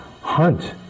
hunt